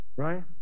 Right